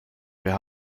wir